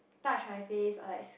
touch my face or like